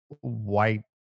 white